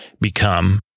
become